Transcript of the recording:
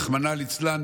רחמנא ליצלן,